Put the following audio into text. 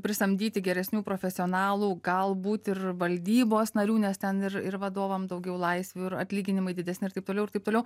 prisamdyti geresnių profesionalų galbūt ir valdybos narių nes ten ir ir vadovam daugiau laisvių ir atlyginimai didesni ir taip toliau ir taip toliau